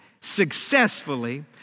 successfully